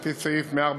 לפי סעיף 144ב(א)